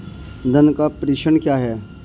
धन का प्रेषण क्या है?